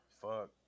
fuck